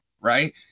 right